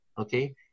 okay